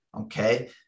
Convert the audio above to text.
Okay